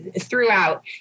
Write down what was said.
throughout